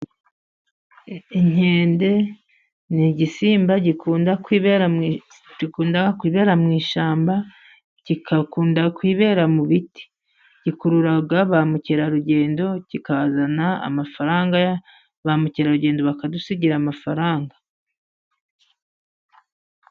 Inkende ni igisimba gikunda kwibera mu ishyamba, kigakunda kwibera mu biti. Gikurura ba mukerarugendo, kikazana amafaranga, ba mukerarugendo bakadusigira amafaranga.